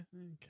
okay